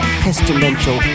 pestilential